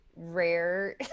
Rare